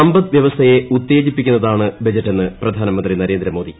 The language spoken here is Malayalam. സമ്പദ്വ്യവസ്ഥയെ ഉത്തേജിപ്പിക്കുന്നതാണ് ബജറ്റെന്ന് പ്രധാനമന്ത്രി നരേന്ദ്രമോദി